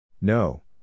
No